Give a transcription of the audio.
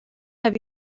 have